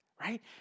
right